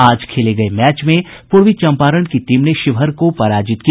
आज खेले गये मैच में पूर्वी चंपारण की टीम ने शिवहर को पराजित किया